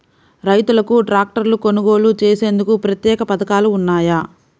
రైతులకు ట్రాక్టర్లు కొనుగోలు చేసేందుకు ప్రత్యేక పథకాలు ఉన్నాయా?